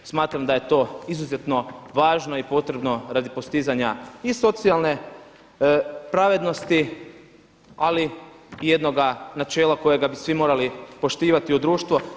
Smatram da je to izuzetno važno i potrebno radi postizanja i socijalne pravednosti, ali i jednoga načela kojega bi svi morali poštivati u društvu.